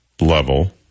level